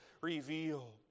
revealed